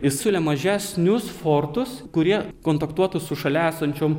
jis siūlė mažesnius fortus kurie kontaktuotų su šalia esančiom